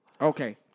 Okay